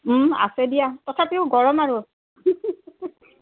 আছে দিয়া তথাপিও গৰম আৰু